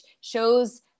shows